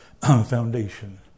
Foundation